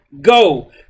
Go